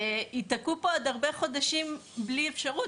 יתקעו פה עוד הרבה חודשים ללא אפשרות,